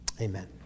Amen